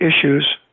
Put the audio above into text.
issues